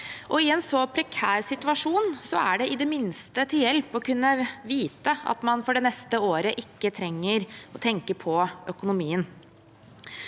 I en så prekær situasjon er det i det minste til hjelp å kunne vite at man for det neste året ikke trenger å tenke på økonomien.